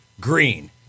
green